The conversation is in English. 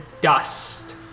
dust